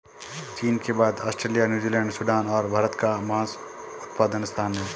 चीन के बाद ऑस्ट्रेलिया, न्यूजीलैंड, सूडान और भारत का मांस उत्पादन स्थान है